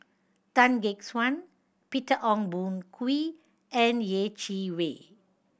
Tan Gek Suan Peter Ong Boon Kwee and Yeh Chi Wei